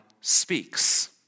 speaks